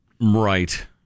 Right